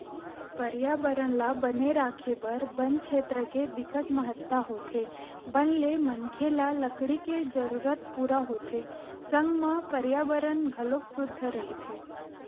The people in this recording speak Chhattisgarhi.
परयाबरन ल बने राखे बर बन छेत्र के बिकट महत्ता होथे बन ले मनखे ल लकड़ी के जरूरत पूरा होथे संग म परयाबरन घलोक सुद्ध रहिथे